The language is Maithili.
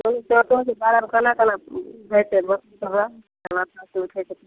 कहु तऽ कोन चीज बारेमे केना केना भेंटतै बाबा केनाके खयतै